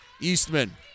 Eastman